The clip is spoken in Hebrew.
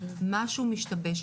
משהו משתבש,